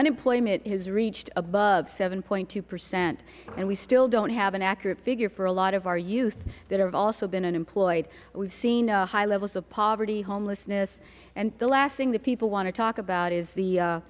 unemployment has reached above seven point two percent and we still don't have an accurate figure for a lot of our youth that have also been unemployed we've seen high levels of poverty homelessness and the last thing that people want to talk about is